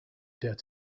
dared